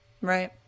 right